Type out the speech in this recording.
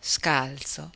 scalzo